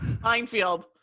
Minefield